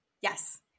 Yes